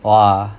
!wah!